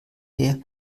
her